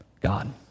God